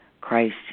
Christ